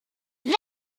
weg